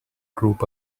group